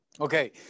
Okay